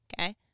Okay